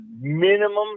minimum